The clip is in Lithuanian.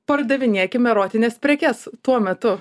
pardavinėkim erotines prekes tuo metu